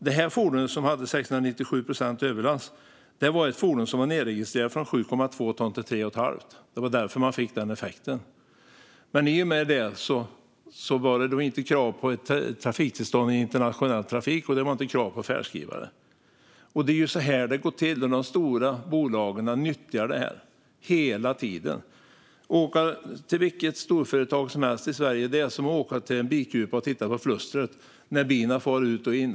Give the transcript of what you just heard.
Det här fordonet som hade 697 procents överlast var nedregistrerat från 7,2 ton till 3,5. Det var därför man fick den effekten. I och med det fanns det inte krav på ett trafiktillstånd för internationell trafik och inte heller krav på färdskrivare. Det är så här det går till när de stora bolagen nyttjar detta - hela tiden. Man kan åka till vilket storföretag som helst i Sverige - det är som att åka till en bikupa och titta på flustret, där bina far ut och in.